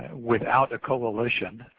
without a coalition.